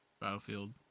Battlefield